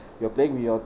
you're playing with your